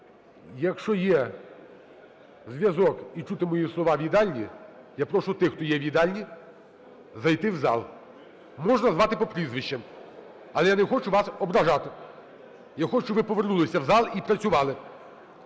якщо є зв'язок і чути мої слова в їдальні, я прошу тих, хто є в їдальні, зайти в зал. Можна назвати по прізвищах, але я не хочу вас ображати. Я хочу, щоб ви повернулися в зал і працювали.